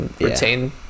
retain